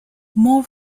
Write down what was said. more